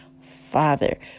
father